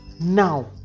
now